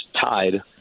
tied